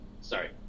sorry